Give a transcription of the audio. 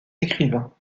écrivain